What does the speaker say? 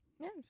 Yes